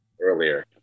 earlier